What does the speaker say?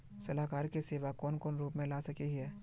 सलाहकार के सेवा कौन कौन रूप में ला सके हिये?